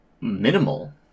minimal